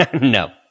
no